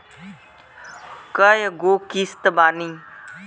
कय गो किस्त बानी?